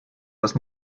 das